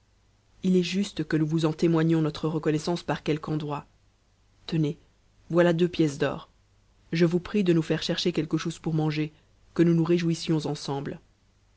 h est juste que nous vous en témoignions notre reconnaissance par quelque endroit tenez voilà deux pièces d'or je vous prie de nous faire chercher quelque chose pour manger que nous nous réjouissions ensemble